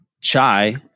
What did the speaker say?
chai